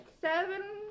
Seven